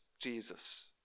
Jesus